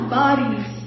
bodies